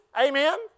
amen